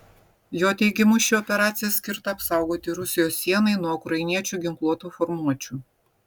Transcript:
jo teigimu ši operacija skirta apsaugoti rusijos sienai nuo ukrainiečių ginkluotų formuočių